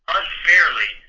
unfairly